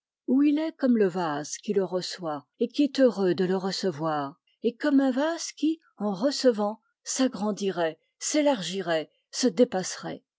ou il est comme le vase qui le reçoit et qui est heureux de le recevoir et comme un vase qui en recevant s'agrandirait s'élargirait se dépasserait